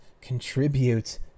contribute